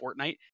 fortnite